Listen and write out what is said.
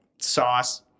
sauce